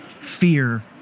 fear